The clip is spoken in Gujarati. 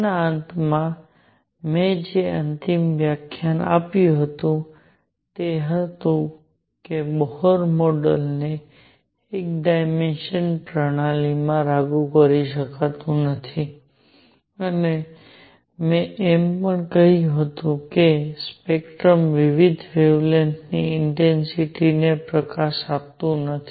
તેના અંતે મેં જે અંતિમ વ્યાખ્યાન આપ્યું હતું તે હતું કે બોહર મોડેલને એક ડાયમેન્શનલ પ્રણાલીઓ પર લાગુ કરી શકાતું નથી અને મેં એમ પણ કહ્યું હતું કે તે સ્પેક્ટ્રમમાં વિવિધ વેવલેન્ગથ ની ઇન્ટેન્સિટી ને પ્રકાશ આપતું નથી